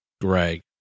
Greg